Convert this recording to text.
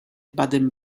baden